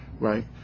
right